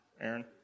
Aaron